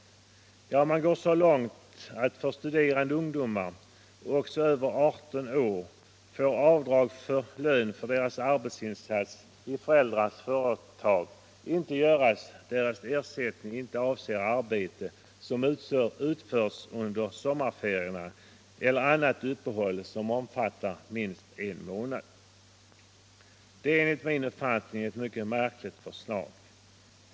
Man går nu t.o.m. så långt att för studerande ungdomar, också över 18 år, får avdrag för lön för deras arbetsinsatser i föräldrarnas företag inte göras, därest ersättningen inte avser arbete som utförts under sommarferierna eller annat uppehåll som omfattar minst en månad. Detta är enligt min uppfattning ett mycket märkligt förslag.